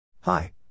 Hi